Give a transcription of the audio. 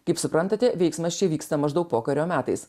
kaip suprantate veiksmas čia vyksta maždaug pokario metais